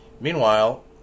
Meanwhile